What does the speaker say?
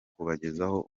kubagezaho